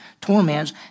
torments